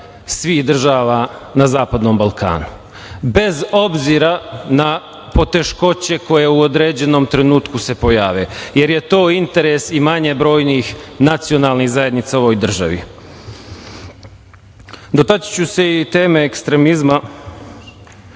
svih država na Zapadnom Balkanu, bez obzira na poteškoće koje u određenom trenutku se pojave, jer je to interes i manje brojnih nacionalnih zajednica u ovoj državi. Dotaći ću se i teme ekstremizma.